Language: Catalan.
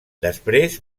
després